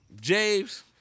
James